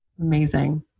Amazing